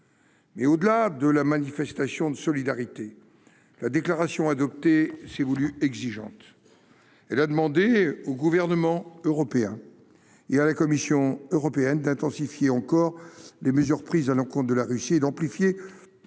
Mais au-delà de la manifestation de solidarité, la déclaration adoptée s'est voulue exigeante. Elle a demandé aux gouvernements européens et à la Commission européenne d'intensifier encore les mesures prises à l'encontre de la Russie et d'amplifier